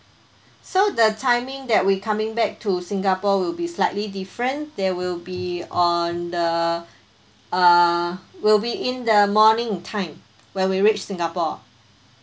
so the timing that we coming back to singapore will be slightly different there will be on the uh will be in the morning time when we reach singapore